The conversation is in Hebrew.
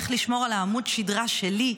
איך לשמור על העמוד שדרה שלי,